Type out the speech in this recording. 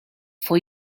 for